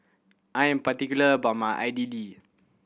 I am particular about my Idili